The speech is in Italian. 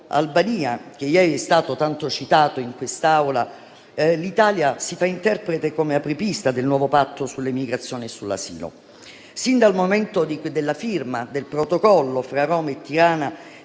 Albania, ieri tanto citato in quest'Aula, l'Italia si fa interprete come apripista del nuovo Patto sulla migrazione e l'asilo. Sin dal momento della firma del protocollo fra Roma e Tirana,